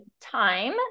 time